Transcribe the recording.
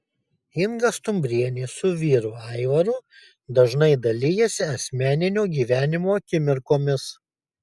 inga stumbrienė su vyru aivaru dažnai dalijasi asmeninio gyvenimo akimirkomis